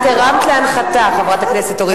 את הרמת להנחתה, חברת הכנסת זוארץ.